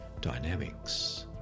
Dynamics